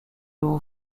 vous